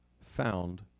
found